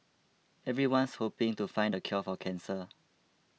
everyone's hoping to find the cure for cancer